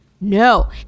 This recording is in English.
No